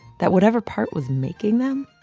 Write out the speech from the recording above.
that whatever part was making them.